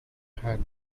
hands